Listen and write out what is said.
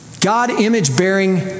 God-image-bearing